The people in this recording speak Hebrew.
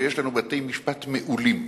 ויש לנו בתי-משפט מעולים,